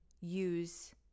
use